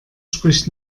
spricht